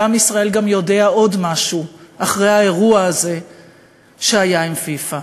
ועם ישראל גם יודע עוד משהו אחרי האירוע הזה שהיה עם פיפ"א,